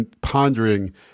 pondering